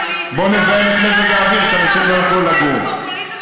אתה מבין שאתה פופוליסט,